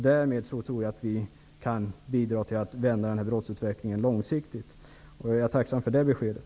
Därmed tror jag att vi kan bidra till att vända brottsutvecklingen långsiktigt. Jag är tacksam för det beskedet.